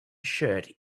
shirt